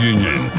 Union